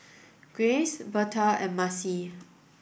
Graves Betha and Marcie